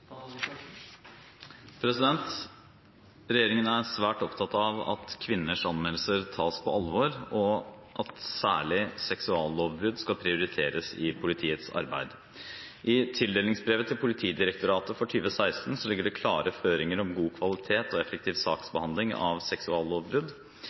Regjeringen er svært opptatt av at kvinners anmeldelser tas på alvor, og at særlig seksuallovbrudd skal prioriteres i politiets arbeid. I tildelingsbrevet til Politidirektoratet for 2016 ligger det klare føringer om god kvalitet og effektiv